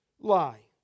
Lie